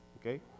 Okay